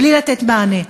בלי לתת מענה.